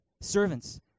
servants